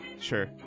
Sure